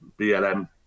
BLM